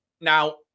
Now